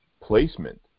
placement